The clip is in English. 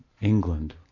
England